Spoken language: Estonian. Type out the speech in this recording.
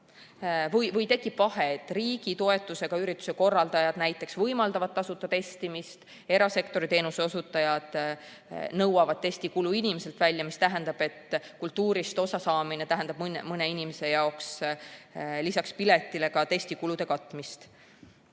või tekib vahe, et näiteks riigi toetusega ürituse korraldajad võimaldavad tasuta testimist, aga erasektori teenuse osutajad nõuavad testi kulu inimeselt välja. See tähendab, et kultuurist osasaamine tähendab mõne inimese jaoks lisaks piletile ka testi kulu katmist.